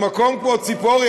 במקום כמו ציפורי,